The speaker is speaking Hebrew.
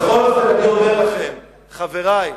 בכל אופן, אני אומר לכם, חברי,